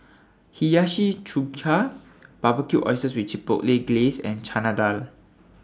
Hiyashi Chuka Barbecued Oysters with Chipotle Glaze and Chana Dal